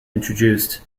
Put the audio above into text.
introduced